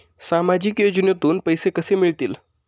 सामाजिक योजनेतून पैसे कसे मिळतील?